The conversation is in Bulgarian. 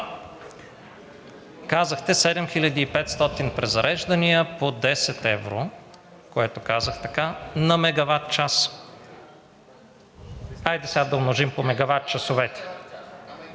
Казахте 7500 презареждания по 10 евро, което казах така, на мегаватчас. Хайде сега да умножим по мегаватчасовете!